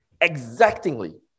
exactingly